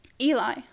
Eli